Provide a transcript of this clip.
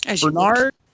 Bernard